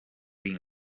been